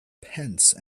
pence